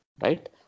right